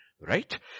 right